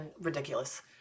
ridiculous